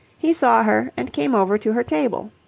he saw her and came over to her table.